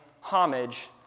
homage